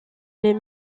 les